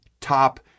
top